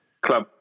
club